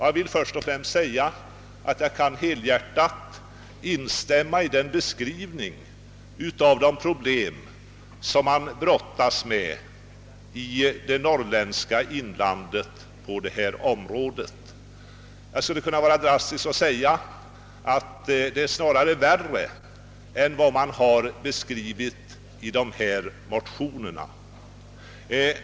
Jag vill då först och främst säga, att jag helhjärtat kan instämma i motionärernas beskrivning av de problem som man på detta område brottas med i det norrländska inlandet. Jag skulle kunna uttrycka mig drastiskt och säga, att problemen snarare är större än vad som framgår av dessa motioner.